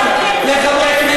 אתה מייצג שנאה, הסתה וגזענות,